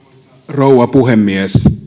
rouva puhemies